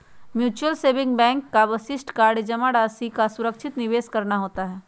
mutual saving bank का विशिष्ट कार्य जमा राशि का सुरक्षित निवेश करना होता है